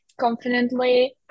confidently